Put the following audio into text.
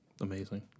amazing